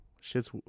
Shit's